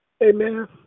Amen